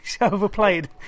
overplayed